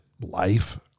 life